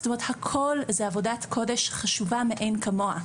זאת אומרת הכל זו עבודת קודש חשובה מאין כמוה.